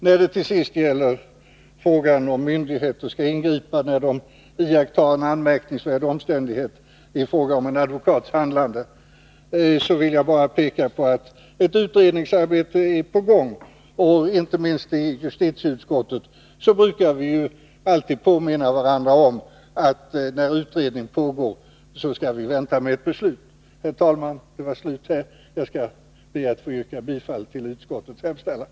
När det till sist gäller frågan om myndigheter skall ingripa när de iakttar en anmärkningsvärd omständighet i fråga om en advokats handlande vill jag bara peka på att ett utredningsarbete är i gång. Inte minst i justitieutskottet brukar vi alltid påminna varandra om att vi skall vänta med beslut när utredning pågår. Herr talman! Jag ber att få yrka bifall till utskottets hemställan.